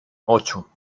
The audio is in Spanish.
ocho